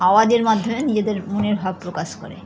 আওয়াজের মাধ্যমে নিজেদের মনের ভাব প্রকাশ করে